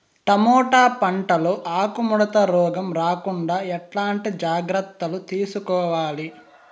Tomato పంట లో ఆకు ముడత రోగం రాకుండా ఎట్లాంటి జాగ్రత్తలు తీసుకోవాలి?